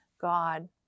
God